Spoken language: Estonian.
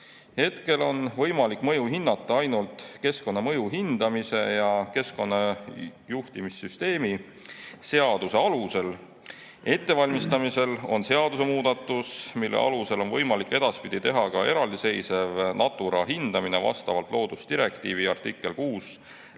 Hetkel on võimalik mõju hinnata ainult keskkonnamõju hindamise ja keskkonnajuhtimissüsteemi seaduse alusel. Ettevalmistamisel on seadusemuudatus, mille kohaselt on edaspidi võimalik teha ka eraldiseisev Natura hindamine vastavalt loodusdirektiivi artikkel 6